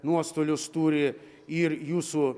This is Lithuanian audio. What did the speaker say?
nuostolius turi ir jūsų